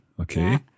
Okay